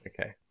Okay